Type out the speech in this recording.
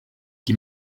die